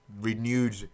renewed